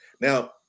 Now